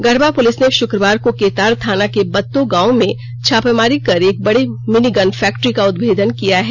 Garhwa police ने शक्रवार को केतार थाना के बत्तो गांव में छापेमारी कर एक बडे मिनी गन फैक्ट्री का उदभेदन किया है